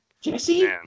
Jesse